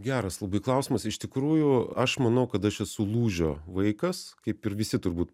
geras labai klausimas iš tikrųjų aš manau kad aš esu lūžio vaikas kaip ir visi turbūt